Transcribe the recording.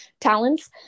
talents